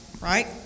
Right